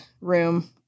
room